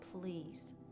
please